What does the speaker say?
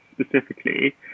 specifically